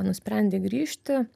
nusprendė grįžti